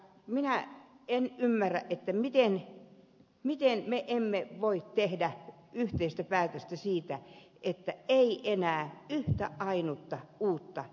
minä en ymmärrä miten me emme voi tehdä yhteistä päätöstä siitä että ei enää yhtä ainutta uutta etuutta